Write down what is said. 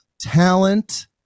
Talent